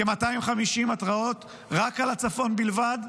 כ-250 התרעות על הצפון בלבד,